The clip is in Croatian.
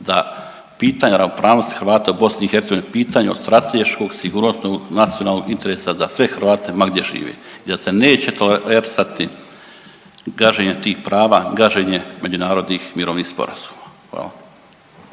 da pitanja ravnopravnosti Hrvata u BiH, pitanja od strateškog, sigurnosnog, nacionalnog interesa za sve Hrvate ma gdje živjeli i da se neće tolerisati gaženje tih prava, gaženje međunarodnih mirovnih sporazuma. Hvala.